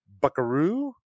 Buckaroo